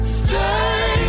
stay